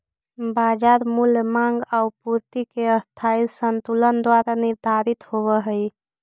बाजार मूल्य माँग आउ पूर्ति के अस्थायी संतुलन द्वारा निर्धारित होवऽ हइ